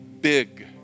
big